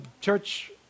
church